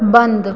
बंद